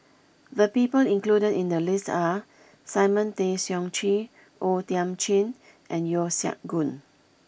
the people included in the list are Simon Tay Seong Chee O Thiam Chin and Yeo Siak Goon